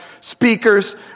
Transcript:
speakers